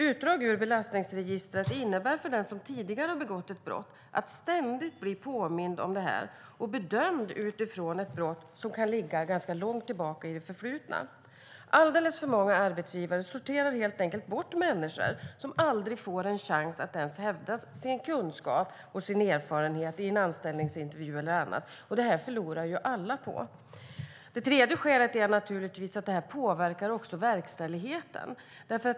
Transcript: För den som tidigare har begått ett brott innebär utdrag ur belastningsregistret att ständigt blir påmind och bedömd utifrån ett brott som kan ligga långt tillbaka i det förflutna. Alldeles för många arbetsgivare sorterar bort människor, som aldrig får en chans att hävda sin kunskap och erfarenhet vid en anställningsintervju eller annat. Det förlorar alla på. För det tredje påverkas verkställigheten.